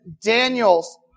Daniel's